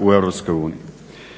u EU?